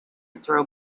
throw